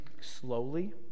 slowly